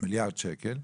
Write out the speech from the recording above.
מיליארד שקל.